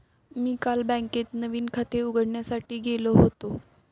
मी काल बँकेत नवीन खाते उघडण्यासाठी गेलो होतो